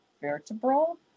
vertebral